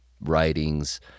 writings